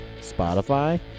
Spotify